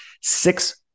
Six